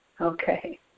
Okay